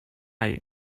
rely